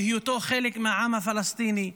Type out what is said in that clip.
בהיותו חלק מהעם הפלסטיני,